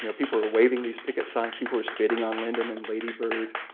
you know people were waving these picket signs. people were spitting on lyndon and ladybird.